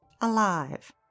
alive